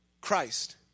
Christ